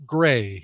Gray